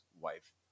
wife